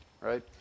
Right